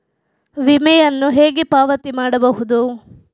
ವಿಮೆಯನ್ನು ಹೇಗೆ ಪಾವತಿ ಮಾಡಬಹುದು?